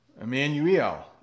Emmanuel